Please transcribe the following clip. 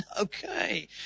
Okay